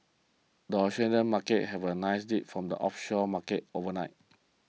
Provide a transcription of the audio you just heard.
the Australian Markets have a nice lead from the offshore markets overnight